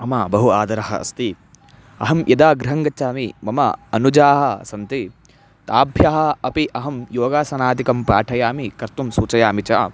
मम बहु आदरः अस्ति अहं यदा गृहं गच्छामि मम अनुजाः सन्ति ताभ्यः अपि अहं योगासनादिकं पाठयामि कर्तुं सूचयामि च